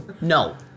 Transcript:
No